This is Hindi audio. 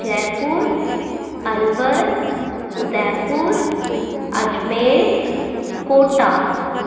जयपुर अलवर उदयपुर अजमेर कोटा